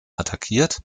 attackiert